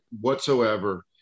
whatsoever